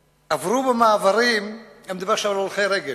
עברו במעברים, אני מדבר עכשיו על הולכי רגל,